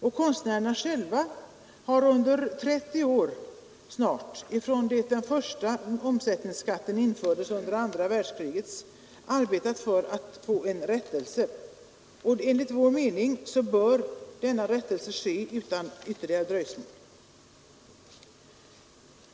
Och konstnärerna själva har under snart 30 år, från det att den första omsättningsskatten infördes under andra världskriget, arbetat för att få rättelse, Enligt vår mening bör rättelse ske utan ytterligare dröjsmål.